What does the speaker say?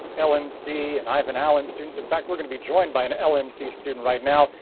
lmc and ivan allen students. in fact, we're gonna be joined by an lmc student right now.